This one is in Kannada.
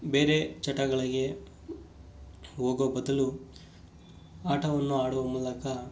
ಬೇರೆ ಚಟಗಳಿಗೆ ಹೋಗೋ ಬದಲು ಆಟವನ್ನು ಆಡುವ ಮೂಲಕ